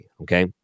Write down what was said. Okay